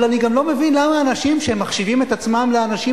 אבל אני גם לא מבין למה אנשים שמחשיבים את עצמם לאנשים